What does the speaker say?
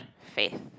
faith